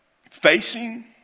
Facing